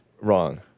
wrong